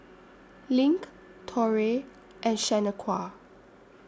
LINK Torrey and Shanequa